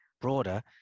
broader